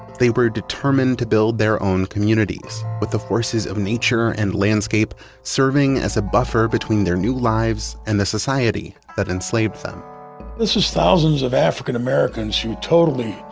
they were determined to build their own communities with the forces of nature and the landscape serving as a buffer between their new lives and the society that enslaved them this is thousands of african-americans who totally,